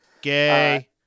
Gay